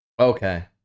Okay